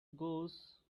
goose